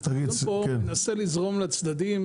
כי הדיון פה מנסה לזרום לצדדים,